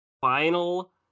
final